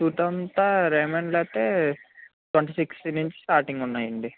suit అంతా రేమండ్లో అయితే ట్వెంటీ సిక్స్ నుంచి స్టార్టింగ్ ఉన్నాయండి